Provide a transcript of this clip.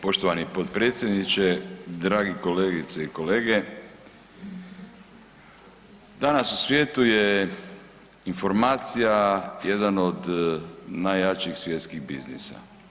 Poštovani potpredsjedniče, drage kolegice i kolege, danas u svijetu je informacija jedan od najjačih svjetskih biznisa.